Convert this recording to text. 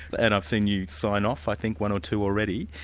and i've seen you sign off i think one or two already.